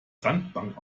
sandbank